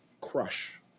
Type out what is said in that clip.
crush